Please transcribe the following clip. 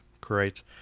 Great